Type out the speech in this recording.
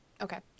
okay